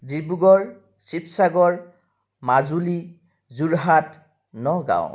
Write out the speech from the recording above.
Dibrugarh Sivasagar Majuli Jorhat Nagaon